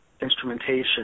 instrumentation